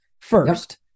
first